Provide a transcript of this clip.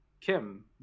Kim